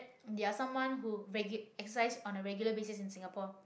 they are someone who reg~ exercise on a regular basis in Singapore